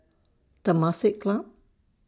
Temasek Club